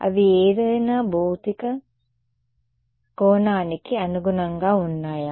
అవి ఏదైనా భౌతిక కోణానికి అనుగుణంగా ఉన్నాయా